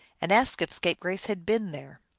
and asked if scapegrace had been there.